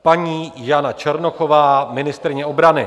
Paní Jana Černochová, ministryně obrany.